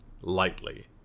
lightly